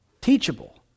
teachable